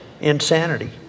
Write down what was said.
Insanity